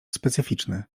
specyficzny